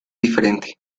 diferente